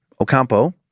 Ocampo